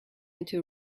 into